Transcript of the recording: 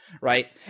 right